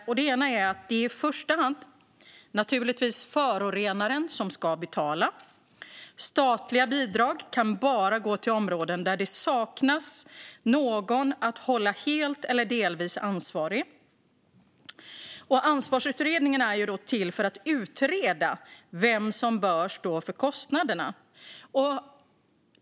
För det första är det naturligtvis i första hand förorenaren som ska betala. Statliga bidrag kan bara gå till områden där det saknas någon att hålla helt eller delvis ansvarig. Ansvarsutredningen är till för att utreda vem som bör stå för kostnaderna.